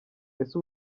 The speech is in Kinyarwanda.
ese